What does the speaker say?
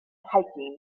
hiking